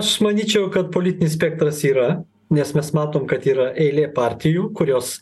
aš manyčiau kad politinis spektras yra nes mes matom kad yra eilė partijų kurios